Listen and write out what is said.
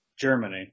Germany